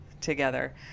together